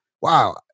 wow